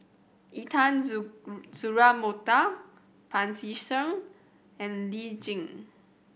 Intan Mokhtar Pancy Seng and Lee Tjin